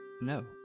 No